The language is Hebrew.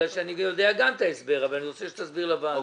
אני יודע את ההסבר אבל אני רוצה שתסביר לוועדה.